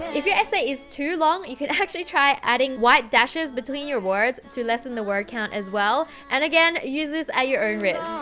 if your essay is too long, you can actually try adding white dashes between your words to lessen the word count as well, and again, use this at your own risk!